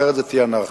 אחרת זו תהיה אנרכיה.